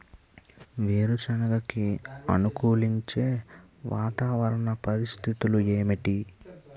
వేరుసెనగ కి అనుకూలించే వాతావరణ పరిస్థితులు ఏమిటి?